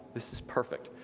this is perfect.